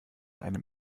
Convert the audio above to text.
einem